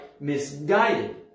Misguided